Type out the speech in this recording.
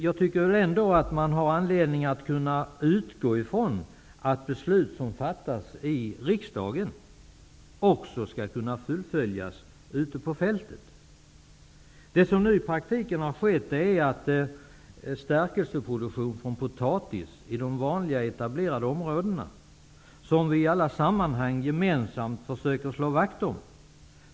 Man har ändock anledning att kunna utgå ifrån att beslut som fattas i riksdagen också skall kunna fullföljas ute på fältet. Stärkelsproduktion med potatis i de vanliga etablerade områdena försöker vi i alla sammanhang gemensamt slå vakt om.